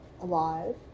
alive